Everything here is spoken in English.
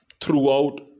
throughout